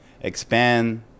expand